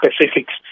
specifics